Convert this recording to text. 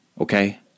Okay